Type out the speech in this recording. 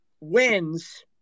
wins